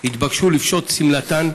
התבקשו לפשוט את שמלתן,